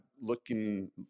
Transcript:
looking